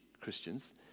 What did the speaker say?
Christians